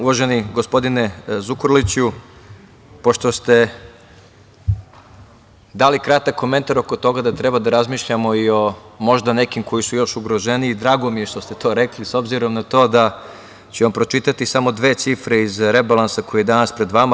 Uvaženi gospodine Zukorliću, pošto ste dali kratak komentar oko toga da treba da razmišljamo možda i o nekima koji su još ugroženiji, drago mi je što ste to rekli s obzirom na to da ću vam pročitati samo dve cifre iz rebalansa koji je danas pred vama.